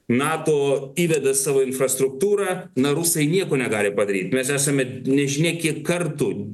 nato įveda savo infrastruktūrą na rusai nieko negali padaryt mes esame nežinia kiek kartų